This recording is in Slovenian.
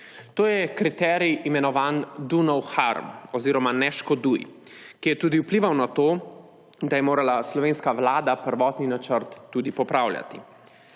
to je kriterij, imenovan Do no harm oziroma Ne škoduj, ki je tudi vplival na to, da je morala slovenska vlada prvotni načrt tudi popravljati.